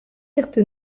carte